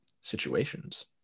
situations